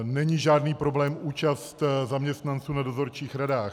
Není žádný problém účast zaměstnanců v dozorčích radách.